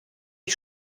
ich